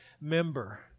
member